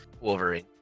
Wolverine